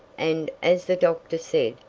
and, as the doctor said,